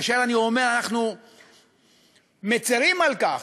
כאשר אני אומר: אנחנו מצרים על כך,